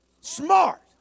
smart